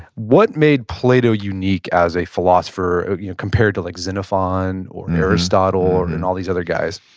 what made plato unique as a philosopher compared to like xenophon, or aristotle, and and all these other guys?